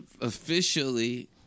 officially